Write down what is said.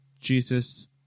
Jesus